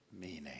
meaning